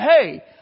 Hey